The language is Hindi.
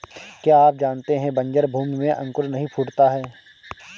क्या आप जानते है बन्जर भूमि में अंकुर नहीं फूटता है?